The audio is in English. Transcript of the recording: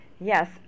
Yes